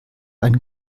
ein